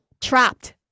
trapped